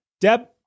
Deb